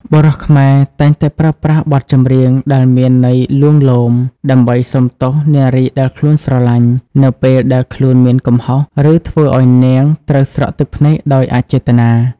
បុរសខ្មែរតែងតែប្រើប្រាស់បទចម្រៀងដែលមានន័យលួងលោម ដើម្បីសុំទោសនារីដែលខ្លួនស្រឡាញ់ នៅពេលដែលខ្លួនមានកំហុស ឬធ្វើឱ្យនាងត្រូវស្រក់ទឹកភ្នែកដោយអចេតនា។